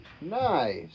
Nice